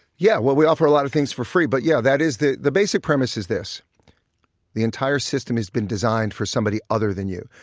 yeah. well, we offer a lot of things for free, but yeah, that is the the basic premise is this the entire system has been designed for somebody other than you.